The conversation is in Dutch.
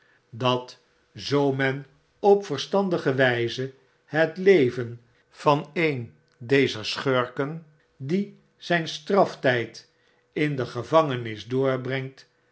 dat zoo men op verstandige wjjze het leven van een dezer schurken die zijn straftijd in de gevangenis doorbrengt